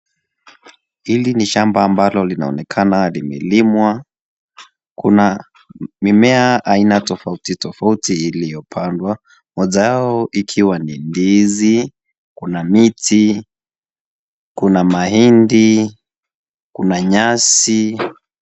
Hili ni shamba ambalo linaonekana limelimwa. Kuna mimea aina tofauti tofauti iliyopandwa. Moja yao, ikiwa ni ndizi, kuna miti, kuna mahindi, kuna nyasi.